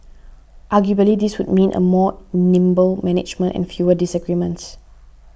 arguably this would mean a more nimble management and fewer disagreements